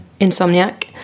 insomniac